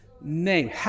name